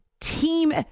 team